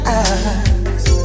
eyes